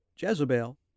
Jezebel